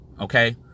Okay